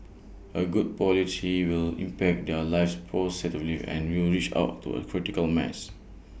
A good policy will impact their lives positively and you'll reach out to A critical mass